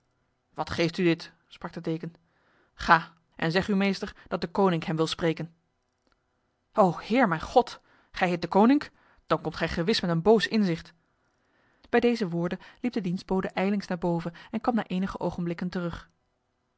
wat geeft u dit sprak de deken ga en zeg uw meester dat deconinck hem wil spreken o heer mijn god gij heet deconinck dan komt gij gewis met een boos inzicht bij deze woorden liep de dienstbode ijlings naar boven en kwam na enige ogenblikken terug